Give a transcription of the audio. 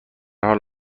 حال